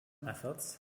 methods